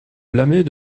blâmer